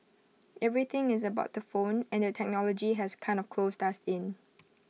everything is about the phone and the technology has kind of closed us in